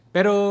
Pero